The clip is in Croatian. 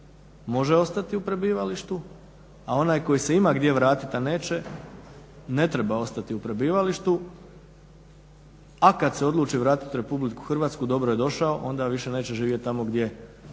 može ostati u prebivalištu, a onaj tko se ima gdje vratiti a neće ne treba ostati u prebivalištu. A kada se odluči vratiti u RH dobro je došao onda neće više živjeti tamo gdje